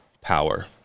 power